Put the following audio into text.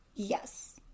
Yes